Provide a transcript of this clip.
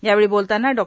यावेळी बोलतांना डॉ